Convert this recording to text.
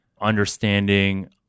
understanding